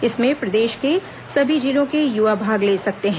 इसमें प्रदेश के सभी जिलों के युवा भाग ले सकते हैं